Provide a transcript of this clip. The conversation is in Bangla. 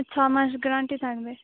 ছ মাস গ্যারান্টি থাকবে